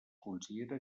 considera